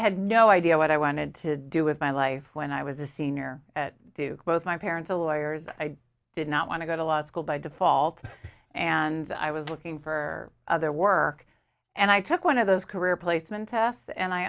had no idea what i wanted to do with my life when i was a senior at duke both my parents a lawyers i did not want to go to law school by default and i was looking for other work and i took one of those career placement tests and i